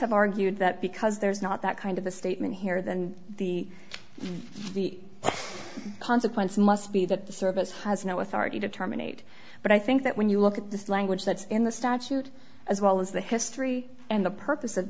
have argued that because there's not that kind of a statement here then the the consequence must be that the service has no authority to terminate but i think that when you look at this language that's in the statute as well as the history and the purpose of